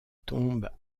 tombe